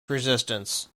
resistance